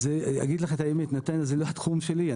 אני אגיד לך את האמת נתניה היא לא התחום שלי.